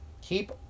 Keep